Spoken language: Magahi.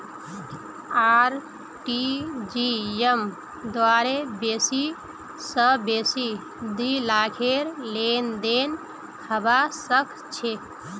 आर.टी.जी.एस द्वारे बेसी स बेसी दी लाखेर लेनदेन हबा सख छ